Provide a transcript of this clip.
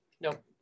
Nope